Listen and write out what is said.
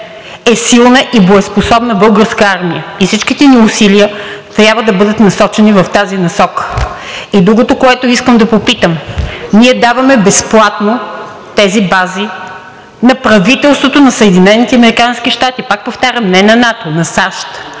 е силна и боеспособна българска армия и всичките ни усилия трябва да бъдат насочени в тази насока. И другото, което искам да попитам: ние даваме безплатно тези бази на правителството на Съединените американски щати, пак повтарям, не на НАТО, на САЩ,